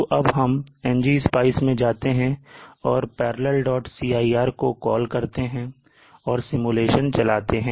तो अब हम Ngspice मैं जाते हैं और parallelcir को कॉल करते हैं और सिमुलेशन चलाते हैं